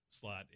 slot